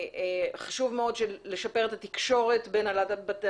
חשוב מאוד לשפר את התקשורת בין הנהלת בתי